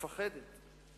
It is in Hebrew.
מפחדת.